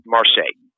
Marseille